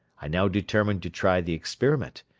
i now determined to try the experiment,